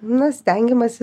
nu stengiamasi